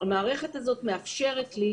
המערכת הזאת מאפשר תלי